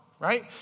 right